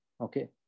Okay